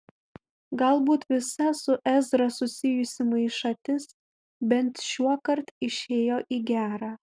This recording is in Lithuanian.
galbūt visa su ezra susijusi maišatis bent šiuokart išėjo į gera